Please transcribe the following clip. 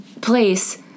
place